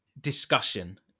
discussion